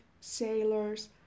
sailors